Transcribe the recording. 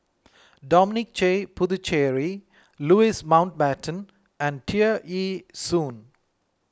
Dominic J Puthucheary Louis Mountbatten and Tear Ee Soon